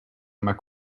maar